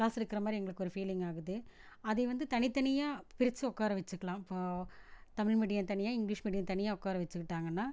class எடுக்கிற மாதிரி எங்களுக்கு ஒரு ஃபீலிங் ஆகுது அது வந்து தனி தனியாக பிரித்து உட்கார வச்சிக்கிலாம் இப்போ தமிழ் மீடியம் தனியாக இங்கிலீஷ் மீடியம் தனியாக உட்கார வச்சிக்கிட்டாங்கன்னால்